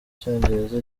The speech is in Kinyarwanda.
icyongereza